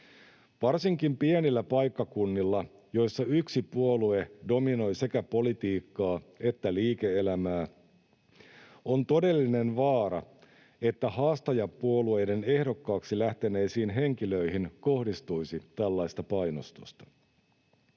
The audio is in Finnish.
Varsinkin pienillä paikkakunnilla, joilla yksi puolue dominoi sekä politiikkaa että liike-elämää, on todellinen vaara, että haastajapuolueiden ehdokkaiksi lähteneisiin henkilöihin kohdistuisi tällaista painostusta.